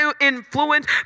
influence